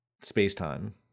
space-time